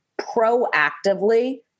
proactively